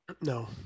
no